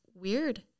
weird